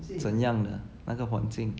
怎样的那个环境